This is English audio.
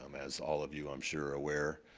um as all of you i'm sure are aware.